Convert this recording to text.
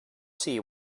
see